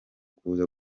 kuza